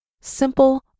Simple